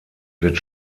wird